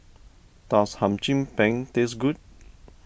does Hum Chim Peng taste good